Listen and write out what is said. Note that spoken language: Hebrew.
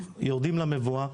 יורדים למבואה,